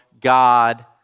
God